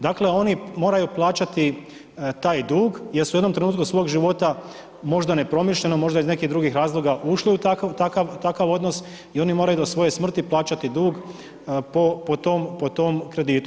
Dakle, oni moraju plaćati taj dug jer su u jednom trenutku svog života, možda nepromišljeno, možda iz nekih drugih razloga ušli u takav odnos, i oni moraju do svoje smrti plaćati dug po tom kreditu.